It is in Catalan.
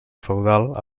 feudal